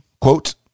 quote